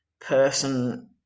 person